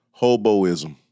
Hoboism